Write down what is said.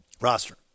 Roster